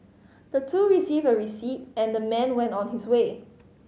the two received a receipt and the man went on his way